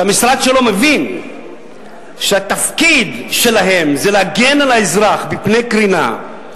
שהמשרד שלו מבין שהתפקיד שלהם זה להגן על האזרח מפני קרינה,